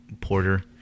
porter